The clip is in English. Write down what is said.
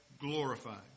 glorified